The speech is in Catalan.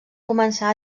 començar